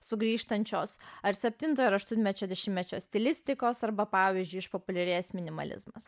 sugrįžtančios ar septintojo ir aštuonmečio dešimtmečio stilistikos arba pavyzdžiui išpopuliarės minimalizmas